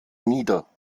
nieder